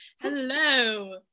hello